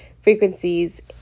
frequencies